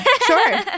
Sure